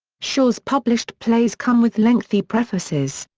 shaw's published plays come with lengthy prefaces.